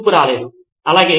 అవును చాలా మంచిది